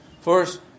first